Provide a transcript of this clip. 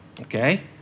Okay